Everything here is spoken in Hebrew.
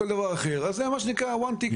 או כל דבר אחר זה מה שנקרא כרטיס אחד.